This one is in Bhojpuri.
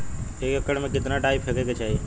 एक एकड़ में कितना डाई फेके के चाही?